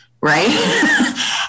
right